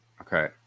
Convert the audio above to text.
Okay